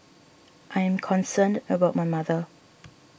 I am concerned about my mother